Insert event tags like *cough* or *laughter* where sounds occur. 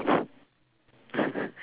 *laughs*